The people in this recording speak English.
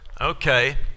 okay